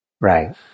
Right